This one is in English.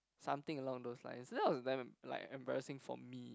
something along those lines that was damn like embarrassing for me